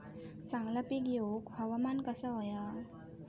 चांगला पीक येऊक हवामान कसा होया?